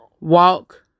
walk